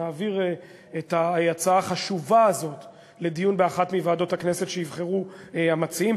נעביר את ההצעה החשובה הזאת לדיון באחת מוועדות הכנסת שיבחרו המציעים,